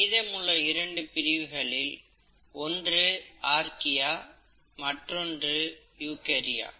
மீதமுள்ள இரண்டு பிரிவுகளில் ஒன்று ஆற்கியா மற்றொன்று யூகரியா